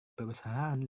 perusahaan